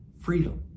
freedom